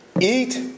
eat